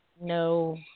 no